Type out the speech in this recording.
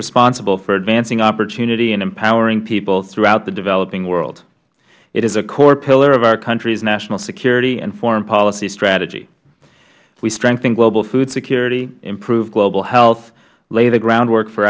responsible for advancing opportunity and empowering people throughout the developing world it is a core pillar of our country's national security and foreign policy strategy we strengthen global food security improve global health lay the groundwork for